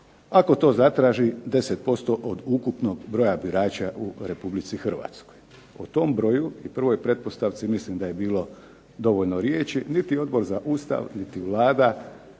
ako to zatraži 10% od ukupnog broja birača u Republici Hrvatskoj. O tom broju i prvoj pretpostavci mislim da je bilo dovoljno riječi. Niti Odbor za Ustav, niti Vlada